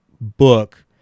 book